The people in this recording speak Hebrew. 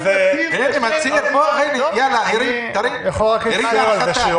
אני יכול רק להצטער על זה שיוראי לא יהיה חבר כנסת.